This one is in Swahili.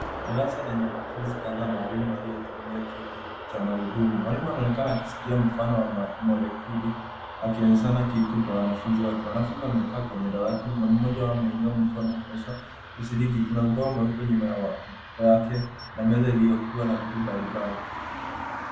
Darasa lenye wanafunzi kadhaa na walimu waliyetumia kiti cha magurudumu. Mwalimu anaonekana akishikilia mfano wa molekuli akionyeshana kwa wanafunzi wake. Wanafunzi wamekaa kwenye dawati na mmoja akiwa ameinua mkono kuonyesha usidiki. Kuna maua meupe nyuma yake na meza iliyokuwa na vitu mbalimbali.